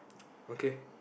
okay